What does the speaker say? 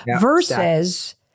versus